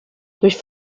durch